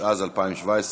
התשע"ז 2017,